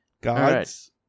Gods